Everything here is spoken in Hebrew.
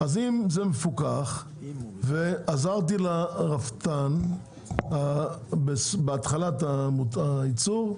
אם זה מפוקח ועזרתי לרפתן בתחילת הייצור,